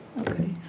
Okay